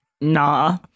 Nah